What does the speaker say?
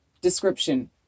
description